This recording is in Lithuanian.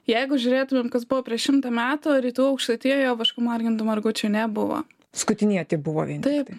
jeigu žiūrėtumėm kas buvo prieš šimtą metų rytų aukštaitijoje vašku margintų margučių nebuvo skutinėti buvo taip